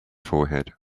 forehead